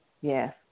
Yes